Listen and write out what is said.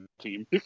team